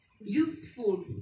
Useful